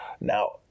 Now